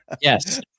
Yes